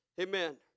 Amen